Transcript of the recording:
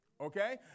Okay